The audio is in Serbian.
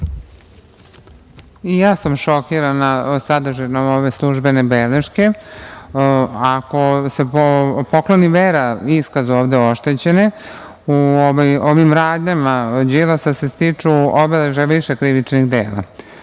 ja sam šokirana sadržinom ove službene beleške. Ako se pokloni vera iskazu ovde oštećene, u ovim radnjama Đilasa se stiču obeležja više krivičnih dela.